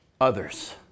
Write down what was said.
others